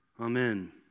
Amen